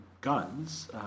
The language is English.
guns